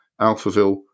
Alphaville